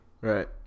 Right